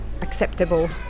acceptable